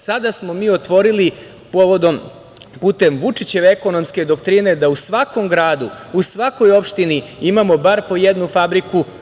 Sada smo mi otvorili, putem Vučićeve ekonomske doktrine, da u svakom gradu, u svakoj opštini imamo bar po jednu fabriku.